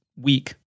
week